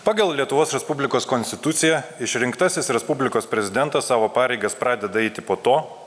pagal lietuvos respublikos konstituciją išrinktasis respublikos prezidentas savo pareigas pradeda eiti po to